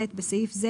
(ב) בסעיף זה